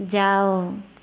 जाउ